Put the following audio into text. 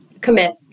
commit